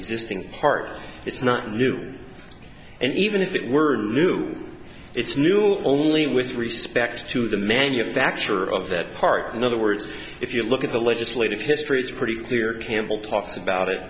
existing part it's not new and even if it were moved it's new only with respect to the manufacture of that part in other words if you look at the legislative history it's pretty clear campbell parts about it